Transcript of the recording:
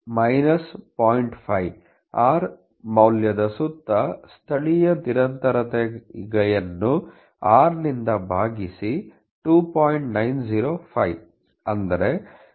5 r ಮೌಲ್ಯದ ಸುತ್ತ ಸ್ಥಳೀಯ ನಿರಂತರತೆಯನ್ನು r ಅನ್ನು ಇಂದ ಭಾಗಿಸಿ 2